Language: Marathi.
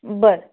बरं